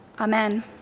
Amen